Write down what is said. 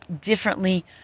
differently